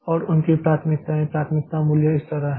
और उनकी प्राथमिकताएं प्राथमिकता मूल्य इस तरह हैं